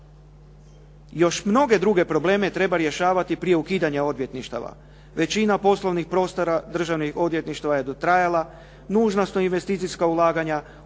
Još mnogo druge probleme treba rješavati prije ukidanja odvjetništava. Većina poslovnih prostora državnih odvjetništava je dotrajala, nužna su investicijska ulaganja,